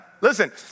listen